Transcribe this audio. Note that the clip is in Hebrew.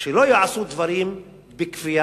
שלא יעשו דברים בכפייה,